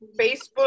Facebook